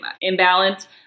imbalance